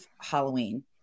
Halloween